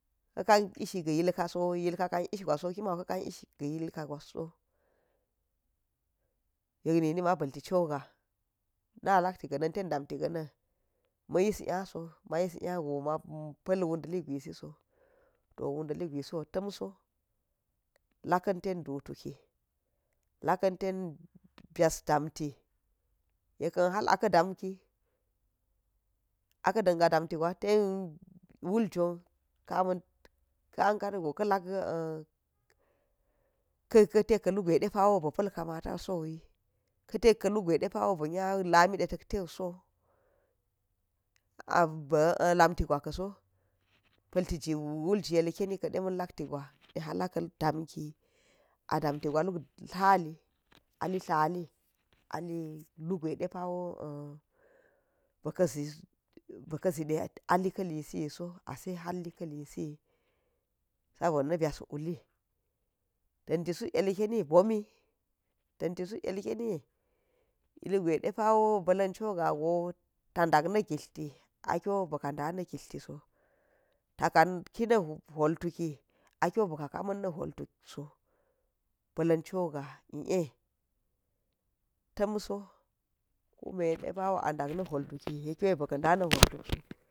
Ka̱ ka̱n ishi ga̱ yilkaso yilka ka̱a ish gwaso, ki man ka̱ kan ish ga̱ yilka gwas so, yet ni ni ma bal tic ho nga̱a̱, na lak ti ga nan ten dam ti ga̱ nan ma yis nya so ma yis ny go mma pal wudali gwiso to wudaali gwiso tam so la̱ka̱n teb bdu tuki lakan ten mbas damti yyekan hal a ka dam ki, a ka dan ga damti gwa ten wul jan kaman kv anke re go ka̱ lak ka te kulugwe depowo ba pal kamato sou yi ka te kalugure de pawo ba̱ nya lami de tale tai u so a bi lam ti gwa ka so pa̱l ti fi wul gi ti kan, ka̱ de man llakti gwa, hal a ka danki a dam ti gwa luk tlal, a li tlali a li lugwe de pawo, bika, bika̱ zi de a li ka li siu so, a se hal lika̱ insiyi sabo na̱ bas wuli danti suk yike m bomi, danti suk yilke ilgwe depawo ba̱la̱n cho ga go ta dak na gitli kiwo ta kam ki na na hwul tuki a kiwo bika kaman na̱ hwul tuk so ba̱la̱n cho ga̱a i e tam so, kunde depawo a dak na hwul tuki akiwo bi ka̱ da̱ na̱ hwul tuki akiwo bi ka̱ da̱ na̱ hwul tuk so.